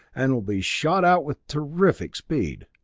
and will be shot out with terrific speed.